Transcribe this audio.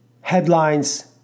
headlines